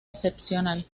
excepcional